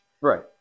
Right